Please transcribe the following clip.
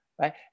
right